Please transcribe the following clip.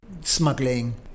smuggling